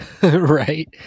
Right